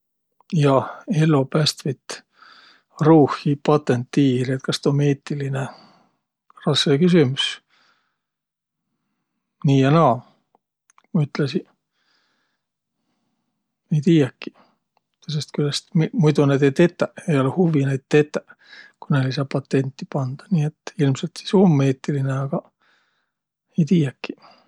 Jah, ellopästvit ruuhi patõntiiriq, et kas tuu um eetiline? Rassõ küsümüs. Nii ja naa, ma ütlesiq, ei tiiäkiq. Tõõsõst külest m- muido näid ei tetäq, olõ-õi huvvi näid tetäq, ku näile ei saaq patenti pandaq. Nii et ilmselt sis um eetiline, agaq ei tiiäkiq